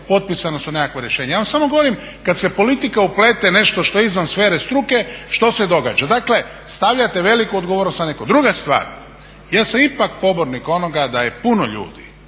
potpisano je nekakvo rješenje, ja vam samo govorim kad se politika uplete u nešto što je izvan sfere struke što se događa, dakle stavljate veliku odgovornost na neko. Druga stvar, ja sam ipak pobornik onoga da je puno ljudi